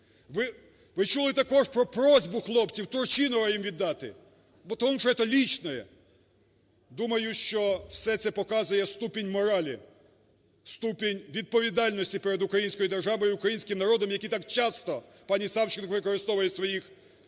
Ви чули також про просьбу хлопці, Турчинова їм віддати, тому що "это личное". Думаю, що це все показує ступінь моралі, ступінь відповідальності перед українською державою, українським народом, які так часто пані Савченко використовує у своїх